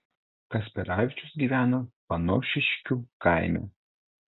kasperavičius gyveno panošiškių kaime